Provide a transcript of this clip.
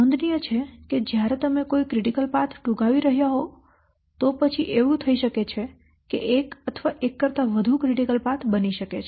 નોંધનીય છે કે જ્યારે તમે કોઈ ક્રિટિકલ પાથ ટૂંકાવી રહ્યા હોવ તો પછી એવું થઈ શકે કે એક અથવા એક કરતા વધુ પાથ ક્રિટિકલ બની શકે છે